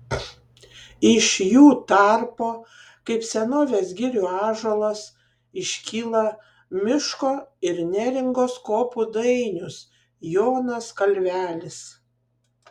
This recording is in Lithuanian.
iš jų tarpo kaip senovės girių ąžuolas iškyla miško ir neringos kopų dainius jonas kalvelis